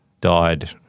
died